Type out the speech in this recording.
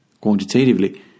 quantitatively